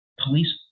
police